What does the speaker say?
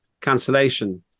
cancellation